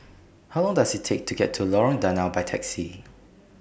How Long Does IT Take to get to Lorong Danau By Taxi